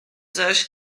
zaś